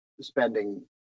spending